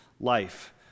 life